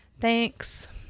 thanks